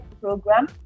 program